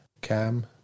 cam